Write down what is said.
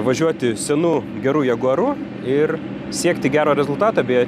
važiuoti senu geru jaguaru ir siekti gero rezultato beje